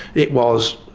it was